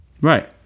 Right